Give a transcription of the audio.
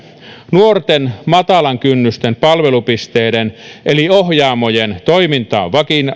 nuorten matalan kynnyksen palvelupisteiden eli ohjaamojen toiminta on